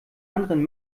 anderen